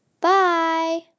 Bye